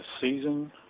season